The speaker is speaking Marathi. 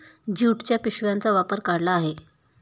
ज्यूटच्या पिशव्यांचा वापर वाढला आहे